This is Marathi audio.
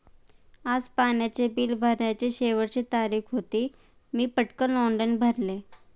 आज पाण्याचे बिल भरण्याची शेवटची तारीख होती, मी पटकन ऑनलाइन भरले